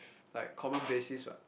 like common basis [what]